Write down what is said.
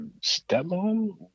stepmom